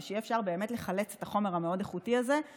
כדי שאפשר יהיה לחלץ את החומר המאוד-איכותי הזה ולהפוך אותו,